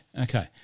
Okay